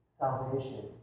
Salvation